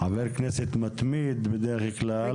חבר כנסת מתמיד בדרך כלל,